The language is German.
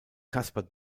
caspar